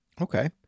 Okay